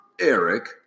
Eric